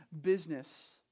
business